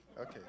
Okay